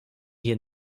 hier